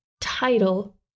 title